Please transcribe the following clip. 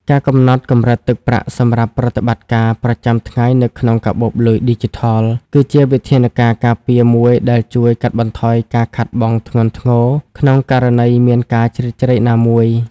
ការកំណត់កម្រិតទឹកប្រាក់សម្រាប់ប្រតិបត្តិការប្រចាំថ្ងៃនៅក្នុងកាបូបលុយឌីជីថល គឺជាវិធានការការពារមួយដែលជួយកាត់បន្ថយការខាតបង់ធ្ងន់ធ្ងរក្នុងករណីមានការជ្រៀតជ្រែកណាមួយ។